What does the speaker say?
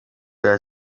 bya